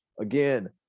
Again